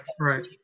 right